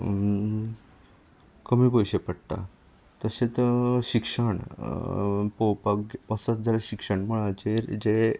कमी पयशे पडटा तशेंत शिक्षण पळोवपाक वचत जाल्यार शिक्षण मळाचेर जे